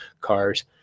cars